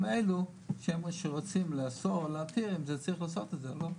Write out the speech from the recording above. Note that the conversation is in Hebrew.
האלו שרוצים לאסור את זה או להתיר אם צריך לעשות את זה או לא.